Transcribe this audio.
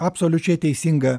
absoliučiai teisinga